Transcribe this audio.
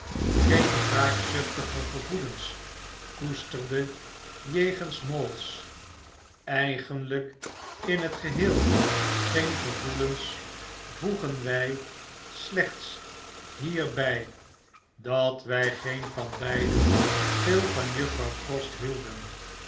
geenwraakzuchtige gevoelens koesterde jegens mawls eigenlyk in t geheel geen gevoelens voegen wy slechts hierby dat wj geen van beiden veel van juffrouw frost hielden